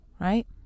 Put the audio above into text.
right